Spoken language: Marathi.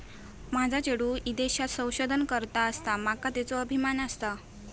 माझा चेडू ईदेशात संशोधन करता आसा, माका त्येचो अभिमान आसा